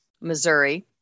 Missouri